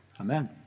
Amen